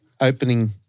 opening